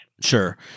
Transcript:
Sure